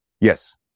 Yes